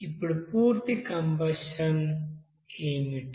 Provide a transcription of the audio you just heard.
ఇప్పుడు పూర్తి కంబషన్ ఏమిటి